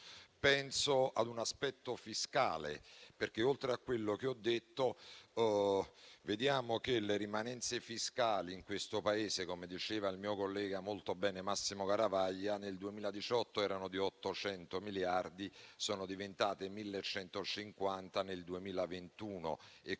Penso a un aspetto fiscale, perché oltre a quello che ho detto, vediamo che le rimanenze fiscali in questo Paese, come diceva molto bene il mio collega Massimo Garavaglia, nel 2018 erano di 800 miliardi, mentre sono diventate 1.150 nel 2021